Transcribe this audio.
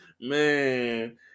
Man